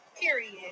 period